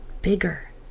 bigger